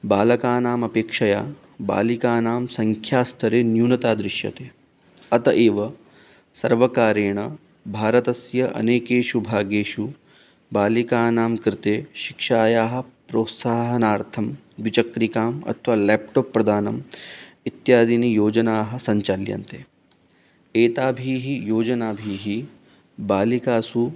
बालकानामपेक्षया बालिकानां सङ्ख्यास्तरे न्यूनता दृश्यते अतः एव सर्वकारेण भारतस्य अनेकेषु भागेषु बालिकानां कृते शिक्षायाः प्रोत्साहनार्थं द्विचक्रिकाम् अथवा लेप्टोप् प्रदानम् इत्यादीनि योजनाः सञ्चाल्यन्ते एताभिः योजनाभिः बालिकासु